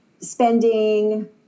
spending